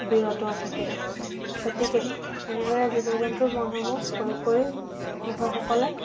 বিৰত থাকে গতিকে এনেদৰে জীৱ জন্তুৰ মলসমূহ প্ৰয়োগ কৰি কৃষকসকলে